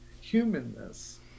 humanness